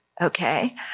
Okay